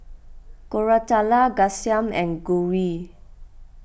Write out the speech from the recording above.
Koratala Ghanshyam and Gauri